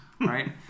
Right